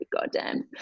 goddamn